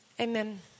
Amen